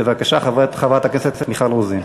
בבקשה, חברת הכנסת מיכל רוזין.